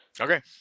Okay